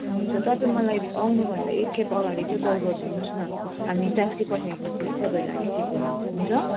हुन्छ तपाईँ मलाई आउनुभन्दा एक खेप अगाडि चाहिँ कल गरिदिनुहोस् न हामी ट्याक्सी पठाइदिन्छु तपाईँहरूलाई रिसिभ गर्नु हुन्छ